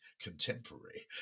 contemporary